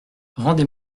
rendez